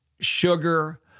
sugar